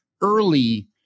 early